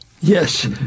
Yes